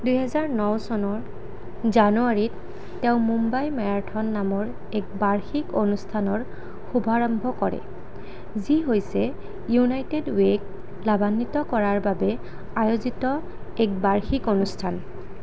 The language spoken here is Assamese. দুহেজাৰ ন চনৰ জানুৱাৰীত তেওঁ মুম্বাই মেৰাথন নামৰ এক বাৰ্ষিক অনুষ্ঠানৰ শুভাৰম্ভ কৰে যি হৈছে ইউনাইটেড ৱেক লাভান্বিত কৰাৰ বাবে আয়োজিত এক বাৰ্ষিক অনুষ্ঠান